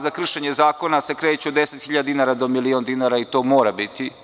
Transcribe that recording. Za kršenje zakona kreću se od 10 hiljada dinara do milion dinara, i to mora biti.